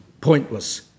pointless